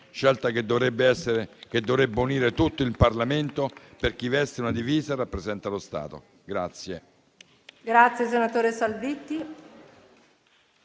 scelta che dovrebbe unire tutto il Parlamento per chi veste una divisa e rappresenta lo Stato.